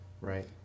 Right